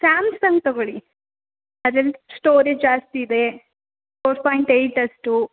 Samsung ತಗೊಳ್ಳಿ ಅದ್ರಲ್ಲಿ storage ಜಾಸ್ತಿ ಇದೆ ಫೋರ್ ಪಾಯಿಂಟ್ ಏಯ್ಟ್ ಅಷ್ಟು